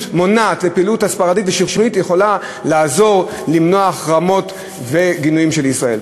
הסברתית ושכנועית מונעת יכולים לעזור למנוע החרמות וגינויים של ישראל.